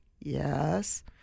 yes